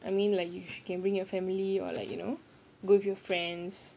I mean like if you can bring your family or like you know go with your friends